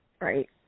Right